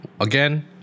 again